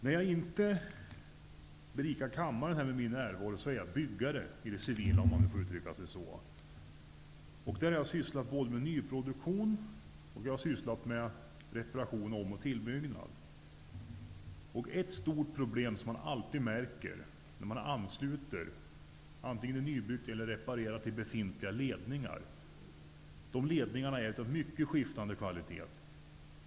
När jag inte berikar kammaren med min närvaro är jag byggare i det civila, om jag får uttrycka mig på det sättet. Jag har arbetat både med nyproduktion och med reparation och om och tillbyggnad. Ett stort problem som man alltid märker när man ansluter till befintliga ledningar är att dessa ledningar är av mycket skiftande kvalitet.